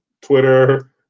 Twitter